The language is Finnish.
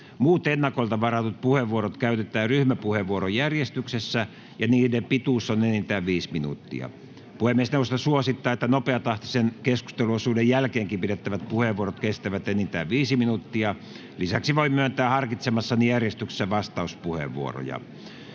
Muut ennakolta varatut puheenvuorot käytetään ryhmäpuheenvuorojärjestyksessä, ja niiden pituus on enintään viisi minuuttia. Puhemiesneuvosto suosittaa, että nopeatahtisen keskusteluosuuden jälkeenkin pidettävät puheenvuorot kestävät enintään viisi minuuttia. Lisäksi voin myöntää harkitsemassani järjestyksessä vastauspuheenvuoroja.